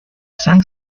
sang